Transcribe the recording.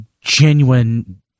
genuine